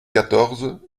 quatorze